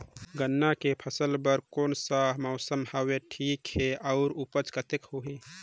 गन्ना के फसल बर कोन सा मौसम हवे ठीक हे अउर ऊपज कतेक होही?